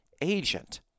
agent